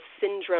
syndrome